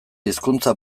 hizkuntza